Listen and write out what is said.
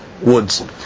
woods